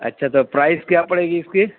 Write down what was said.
اچھا تو پرائز کیا پڑے گی اِس کی